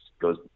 goes